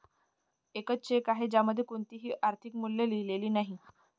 एक चेक आहे ज्यामध्ये कोणतेही आर्थिक मूल्य लिहिलेले नाही